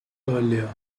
earlier